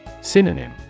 Synonym